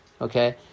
okay